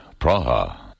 Praha